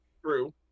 True